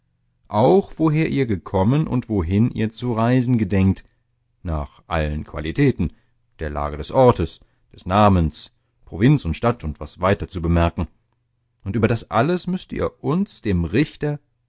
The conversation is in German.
auch woher ihr gekommen und wohin ihr zu reisen gedenkt nach allen qualitäten der lage des ortes des namens provinz und stadt und was weiter zu bemerken und über das alles müßt ihr uns dem richter